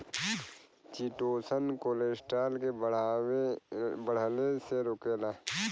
chitosan cholesterol के बढ़ले से रोकेला